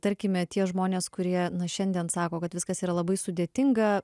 tarkime tie žmonės kurie nu šiandien sako kad viskas yra labai sudėtinga